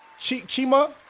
Chima